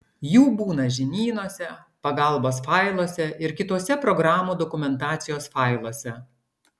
jų būna žinynuose pagalbos failuose ir kituose programų dokumentacijos failuose